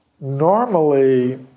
normally